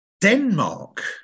Denmark